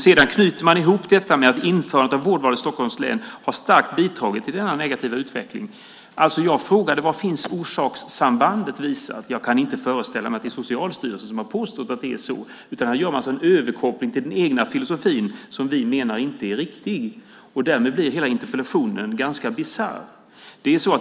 Sedan knyter man ihop detta med att införandet av vårdval i Stockholms län starkt har bidragit till denna negativa utveckling. Jag frågade: Var visas detta orsakssamband? Jag kan inte föreställa mig att det är Socialstyrelsen som har påstått att det är så, utan här gör man alltså en överkoppling till den egna filosofin som vi menar inte är riktig. Därmed blir hela interpellationen ganska bisarr.